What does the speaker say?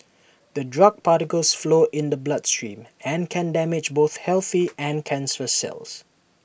the drug particles flow in the bloodstream and can damage both healthy and cancerous cells